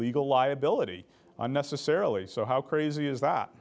legal liability unnecessarily so how crazy is that